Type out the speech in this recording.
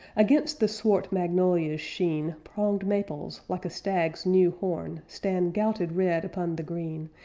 against the swart magnolias' sheen pronged maples, like a stag's new horn, stand gouted red upon the green,